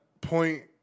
point